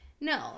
No